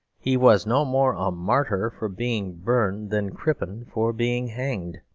he was no more a martyr for being burned than crippen for being hanged.